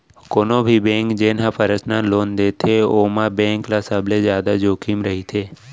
कोनो भी बेंक जेन ह परसनल लोन देथे ओमा बेंक ल सबले जादा जोखिम रहिथे